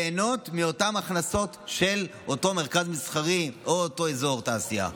ליהנות מאותן הכנסות של אותו מרכז מסחרי או אותו אזור תעשייה.